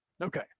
Okay